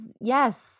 yes